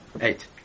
Eight